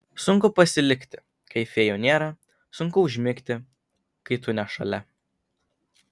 sunku pasilikti kai fėjų nėra sunku užmigti kai tu ne šalia